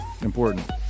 important